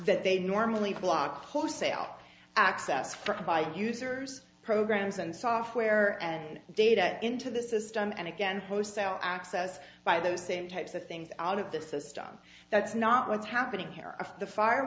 that they normally block wholesale access for users programs and software and data into the system and again close out access by those same types of things out of the system that's not what's happening here if the